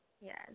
Yes